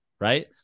right